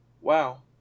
wow